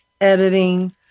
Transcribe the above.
editing